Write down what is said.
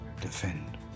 defend